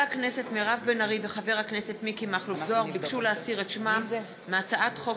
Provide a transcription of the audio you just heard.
ההצעה להעביר את הצעת חוק